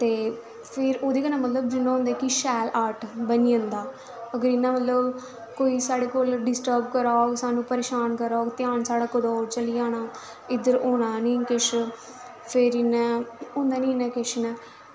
फिर ओह्दे कन्नै मतलब कि शैल आर्ट बनी जंदा ते इ'यां मतलब कोई डिस्टरब करा'रदा होग परेशान करा'रदा होग ध्यान साढ़ा कुदै होर चली जाना इद्धर होना गै नेईं कुछ फिर इ'यां होना गै नेईं किश इ'यां